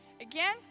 again